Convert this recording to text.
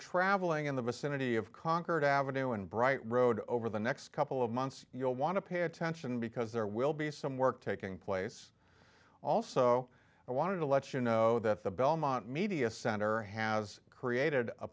traveling in the vicinity of concord avenue and bright road over the next couple of months you'll want to pay attention because there will be some work taking place also i want to let you know that the belmont media center has created a